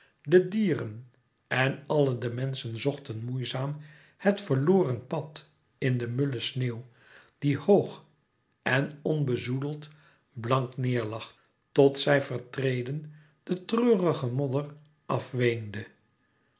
de dieren en àlle de menschen zochten moeizaam het verloren pad in de mulle sneeuw die hoog en onbezoedeld blank neêr lag tot zij vertreden den treurigen modder